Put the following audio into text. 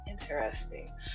Interesting